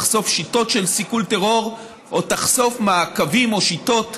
תחשוף שיטות של סיכול טרור או תחשוף מעקבים או שיטות